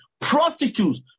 prostitutes